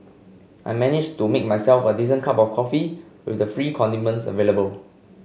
I managed to make myself a decent cup of coffee with the free condiments available